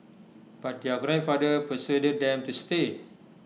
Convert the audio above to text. but their grandfather persuaded them to stay